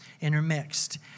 intermixed